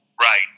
Right